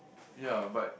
ya but